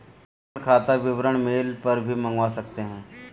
ऋण खाता विवरण मेल पर भी मंगवा सकते है